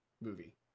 movie